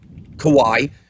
Kawhi